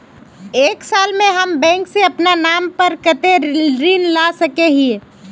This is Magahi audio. एक साल में हम बैंक से अपना नाम पर कते ऋण ला सके हिय?